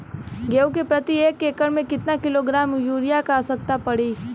गेहूँ के प्रति एक एकड़ में कितना किलोग्राम युरिया क आवश्यकता पड़ी?